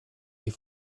die